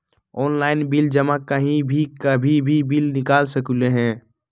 Online bill जमा कहीं भी कभी भी बिल निकाल सकलहु ह?